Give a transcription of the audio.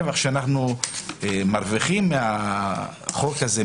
הרווח שאנחנו מרוויחים מהחוק הזה,